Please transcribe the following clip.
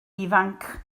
ifanc